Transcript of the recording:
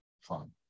fun